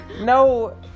no